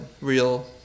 real